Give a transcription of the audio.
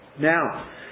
Now